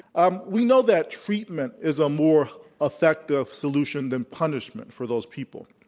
um we know that treatment is a more effective solution than punishment for those people.